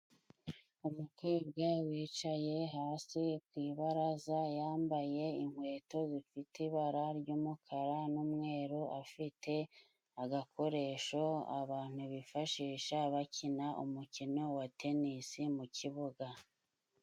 Umukobwa wicaye hasi ku ibaraza yambaye inkweto zifite ibara ry'umukara n'umweru. Afite agakoresho abantu bifashisha bakina umukino wa tenisi mu kibuga.